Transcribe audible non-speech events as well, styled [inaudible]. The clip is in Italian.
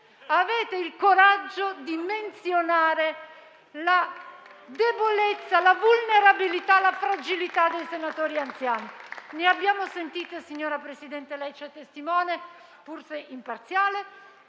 avete il coraggio di menzionare la debolezza, la vulnerabilità, la fragilità dei senatori anziani. [applause] Signor Presidente, lei - pur se imparziale